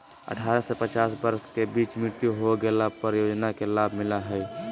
अठारह से पचास वर्ष के बीच मृत्यु हो गेला पर इ योजना के लाभ मिला हइ